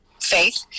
faith